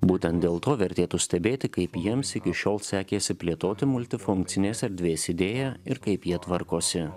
būtent dėl to vertėtų stebėti kaip jiems iki šiol sekėsi plėtoti multifunkcinės erdvės idėją ir kaip jie tvarkosi